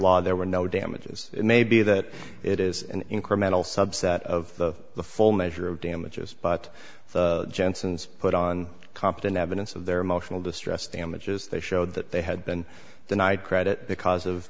law there were no damages it may be that it is an incremental subset of the full measure of damages but jensen's put on competent evidence of their emotional distress damages they showed that they had been denied credit because of